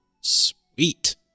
Sweet